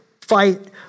fight